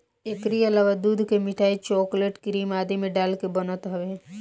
एकरी अलावा दूध के मिठाई, चोकलेट, क्रीम आदि में डाल के बनत हवे